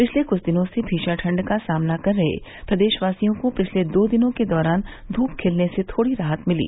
पिछले कुछ दिनों से भीषण ठंड का सामना कर रहे प्रदेशवासियों को पिछले दो दिनों के दौरान धूप खिलने से थोड़ी राहत मिली